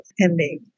ending